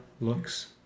looks